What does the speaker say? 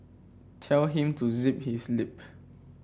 tell him to zip his lip